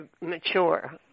mature